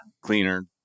cleaner